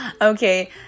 okay